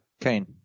Kane